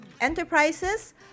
enterprises